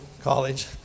college